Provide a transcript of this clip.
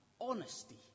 honesty